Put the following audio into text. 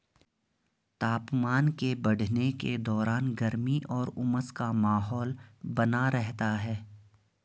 तापमान के बढ़ने के दौरान गर्मी और उमस का माहौल बना रहता है